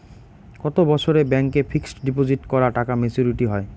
কত বছরে ব্যাংক এ ফিক্সড ডিপোজিট করা টাকা মেচুউরিটি হয়?